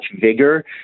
vigor